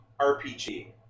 RPG